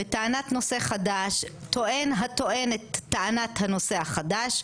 בטענת נושא חדש טוען הטוען את טענת הנושא החדש,